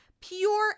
pure